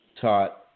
taught